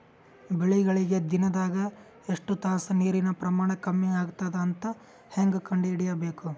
ಬೆಳಿಗಳಿಗೆ ದಿನದಾಗ ಎಷ್ಟು ತಾಸ ನೀರಿನ ಪ್ರಮಾಣ ಕಮ್ಮಿ ಆಗತದ ಅಂತ ಹೇಂಗ ಕಂಡ ಹಿಡಿಯಬೇಕು?